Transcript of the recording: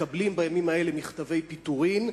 מקבלים בימים האלה מכתבי פיטורים.